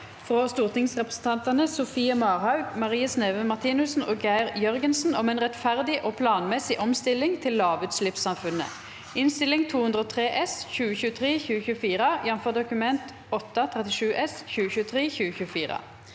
fra stortingsrepresentantene Sofie Mar- haug, Marie Sneve Martinussen og Geir Jørgensen om en rettferdig og planmessig omstilling til lavutslippssamfun- net (Innst. 203 S (2023–2024), jf. Dokument 8:37 S (2023–2024))